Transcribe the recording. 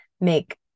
make